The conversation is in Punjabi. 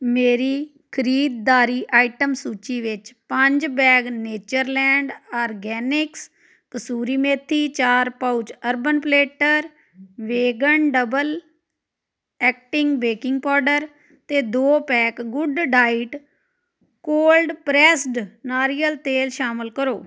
ਮੇਰੀ ਖਰੀਦਦਾਰੀ ਆਈਟਮ ਸੂਚੀ ਵਿੱਚ ਪੰਜ ਬੈਗ ਨੇਚਰਲੈਂਡ ਆਰਗੈਨਿਕਸ ਕਸੂਰੀ ਮੇਥੀ ਚਾਰ pouch Urban Platter vegan double acting baking powder ਅਤੇ ਦੋ ਪੈਕ ਗੁੱਡਡਾਇਟ ਕੋਲਡ ਪਰੈਸਡ ਨਾਰੀਅਲ ਤੇਲ ਸ਼ਾਮਿਲ ਕਰੋ